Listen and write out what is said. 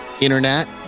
internet